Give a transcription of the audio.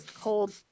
cold